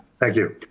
thank you.